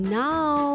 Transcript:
now